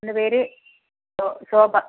എന്റെ പേര് ശോഭ